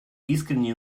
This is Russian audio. искренне